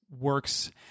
works